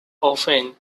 often